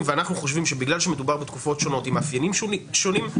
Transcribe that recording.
- אנחנו חושבים שבגלל שמדובר בתקופות שונות עם מאפיינים שונים,